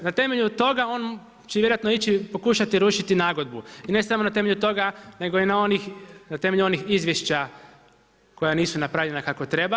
Na temelju toga on će vjerojatno ići pokušati rušiti nagodbu i ne samo na temelju toga i na temelju onih izvješća koja nisu napravljena kako treba.